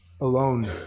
Alone